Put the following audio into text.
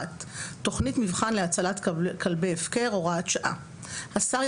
תכנית מבחן להצלת כלבי הפקר הוראת שעה 21א1. (א) השר,